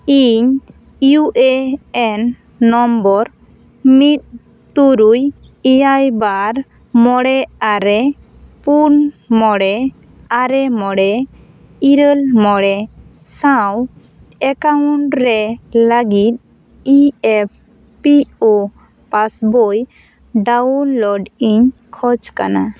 ᱤᱧ U A N number ᱢᱤᱫ ᱛᱩᱨᱩᱭ ᱮᱭᱟᱭ ᱵᱟᱨ ᱢᱚᱬᱮ ᱟᱨᱮ ᱯᱩᱱ ᱢᱚᱬᱮ ᱟᱨᱮ ᱢᱚᱬᱮ ᱤᱨᱟᱹᱞ ᱢᱚᱬᱮ ᱥᱟᱶ ᱮᱠᱟᱣᱩᱱᱴ ᱨᱮ ᱞᱟᱹᱜᱤᱫ E F P O passbook download ᱤᱧ ᱠᱷᱚᱡᱽ ᱠᱟᱱᱟ